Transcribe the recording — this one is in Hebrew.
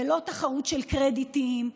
ולא תחרות של קרדיטים,